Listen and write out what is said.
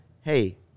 Hey